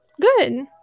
Good